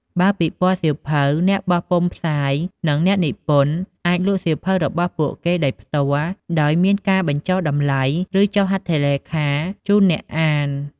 បើសិនពិព័រណ៍សៀវភៅ អ្នកបោះពុម្ពផ្សាយ និងអ្នកនិពន្ធអាចលក់សៀវភៅរបស់ពួកគេដោយផ្ទាល់ ដោយមានការបញ្ចុះតម្លៃ ឬចុះហត្ថលេខាជូនអ្នកអាន។